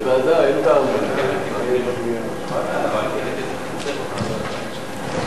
ההצעה להעביר את הנושא לוועדת הכלכלה נתקבלה.